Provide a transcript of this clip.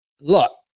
Look